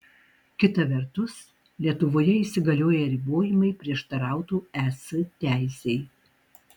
kita vertus lietuvoje įsigalioję ribojimai prieštarautų es teisei